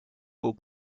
will